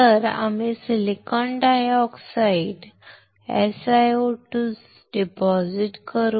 तर आम्ही silicon dioxide SiO2 जमा करू